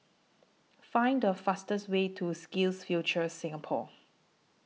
Find The fastest Way to SkillsFuture Singapore